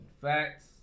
Facts